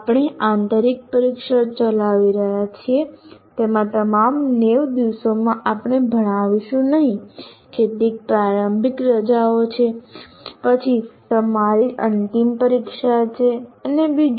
આપણે આંતરિક પરીક્ષાઓ ચલાવી રહ્યા છીએ તે તમામ 90 દિવસોમાં આપણે ભણાવીશું નહીં કેટલીક પ્રારંભિક રજાઓ છે પછી તમારી અંતિમ પરીક્ષા છે અને બીજું